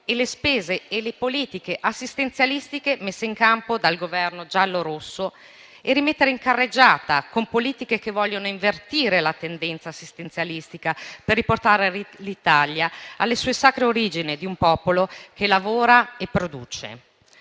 e le spese e le politiche assistenzialistiche messe in campo dal Governo giallorosso, nel rimettere in carreggiata il Paese con politiche che vogliono invertire la tendenza assistenzialistica, per riportare l'Italia alle sue sacre origini di un popolo che lavora e produce.